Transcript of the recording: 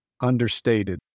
understated